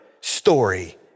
story